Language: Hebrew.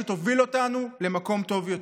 שתוביל אותנו למקום טוב יותר.